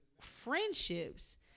friendships